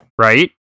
Right